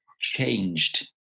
changed